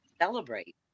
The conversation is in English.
celebrate